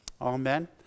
Amen